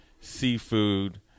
seafood